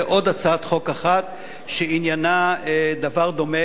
ועוד הצעת חוק אחת שעניינה דבר דומה,